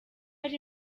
ari